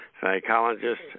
psychologist